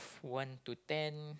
one to ten